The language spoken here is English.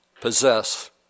possess